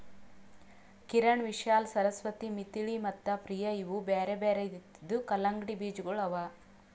ಕಿರಣ್, ವಿಶಾಲಾ, ಸರಸ್ವತಿ, ಮಿಥಿಳಿ ಮತ್ತ ಪ್ರಿಯ ಇವು ಬ್ಯಾರೆ ಬ್ಯಾರೆ ರೀತಿದು ಕಲಂಗಡಿ ಬೀಜಗೊಳ್ ಅವಾ